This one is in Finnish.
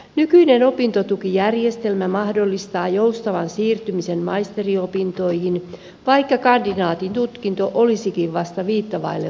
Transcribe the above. nykyinen opintotukijärjestelmä mahdollistaa joustavan siirtymisen maisteriopintoihin vaikka kandidaatin tutkinto olisikin vasta viittä vaille valmis